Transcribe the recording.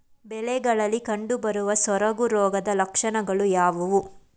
ಬೆಳೆಗಳಲ್ಲಿ ಕಂಡುಬರುವ ಸೊರಗು ರೋಗದ ಲಕ್ಷಣಗಳು ಯಾವುವು?